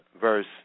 verse